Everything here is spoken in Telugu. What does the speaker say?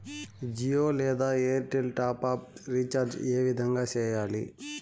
జియో లేదా ఎయిర్టెల్ టాప్ అప్ రీచార్జి ఏ విధంగా సేయాలి